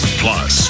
Plus